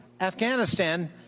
Afghanistan